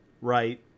right